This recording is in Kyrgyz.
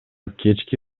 кечки